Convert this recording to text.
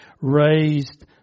raised